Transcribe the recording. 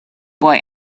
boy